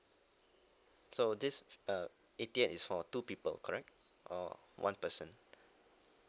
so this uh eighty eight is for two people correct or one person